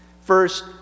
First